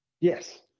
Yes